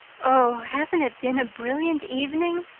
oh, hasn't it been a brilliant evening?